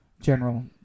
general